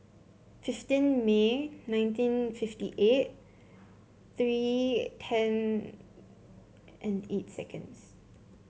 fifteen May nineteen fifty eight three ten and eight seconds